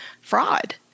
fraud